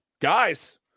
Guys